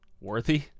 worthy